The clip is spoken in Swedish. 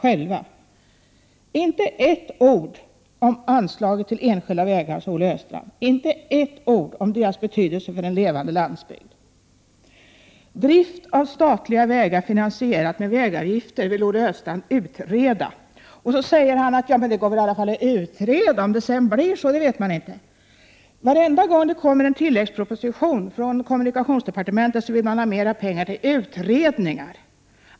Olle Östrand sade inte ett ord om anslaget till enskilda vägar eller om deras betydelse för en levande landsbygd. Olle Östrand vill utreda drift av statliga vägar finansierade med vägavgifter. Han säger att man i alla fall kan utreda detta, om det sedan blir så vet man inte. Varje gång det läggs fram en tilläggsproposition från kommunikationsdepartementet föreslås det mer pengar till utredningar.